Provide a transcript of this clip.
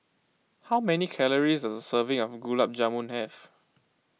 how many calories does a serving of Gulab Jamun have